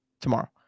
tomorrow